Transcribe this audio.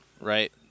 right